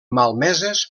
malmeses